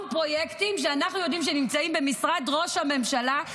פרויקטים שאנחנו יודעים שנמצאים במשרד ראש הממשלה,